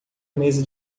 mesa